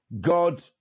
God